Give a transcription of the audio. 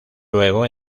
luego